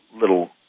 little